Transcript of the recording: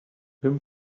him